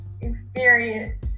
experience